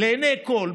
לעיני כול,